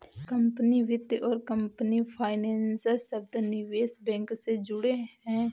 company वित्त और company financer शब्द निवेश बैंक से जुड़े हैं